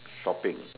shopping